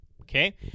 okay